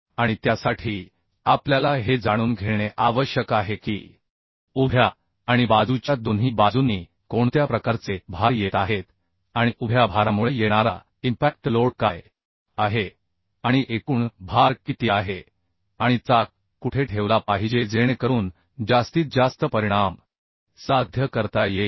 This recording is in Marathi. आणि त्यासाठी आपल्याला हे जाणून घेणे आवश्यक आहे की उभ्या आणि बाजूच्या दोन्ही बाजूंनी कोणत्या प्रकारचे भार येत आहेत आणि उभ्या भारामुळे येणारा इम्पॅक्ट लोड काय आहे आणि एकूण भार किती आहे आणि चाक कुठे ठेवला पाहिजे जेणेकरून जास्तीत जास्त परिणाम साध्य करता येईल